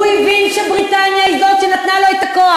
הוא הבין שבריטניה היא זאת שנתנה לו את הכוח.